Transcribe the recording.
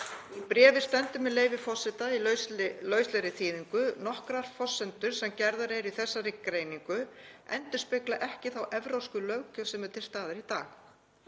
Í bréfinu stendur, með leyfi forseta, í lauslegri þýðingu: Nokkrar forsendur sem gerðar eru í þessari greiningu endurspegla ekki þá evrópsku löggjöf sem er til staðar í dag.